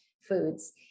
foods